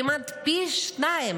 כמעט פי שניים,